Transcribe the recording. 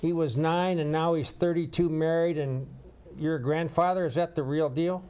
he was nine and now he's thirty two married in your grandfather is that the real deal